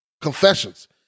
confessions